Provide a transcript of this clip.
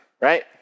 right